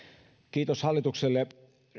kiitos hallitukselle